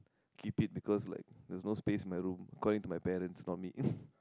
keep it because like there is no space in my room according to my parents not me